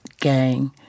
gang